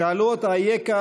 שאלו אותו: אייכה?